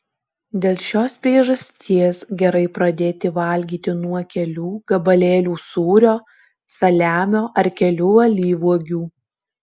dėl šios priežasties gerai pradėti valgyti nuo kelių gabalėlių sūrio saliamio ar kelių alyvuogių